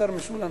השר משולם,